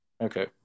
Okay